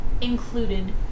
included